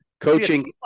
Coaching